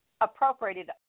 appropriated